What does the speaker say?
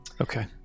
Okay